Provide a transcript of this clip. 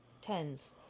Tens